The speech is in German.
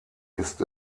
ist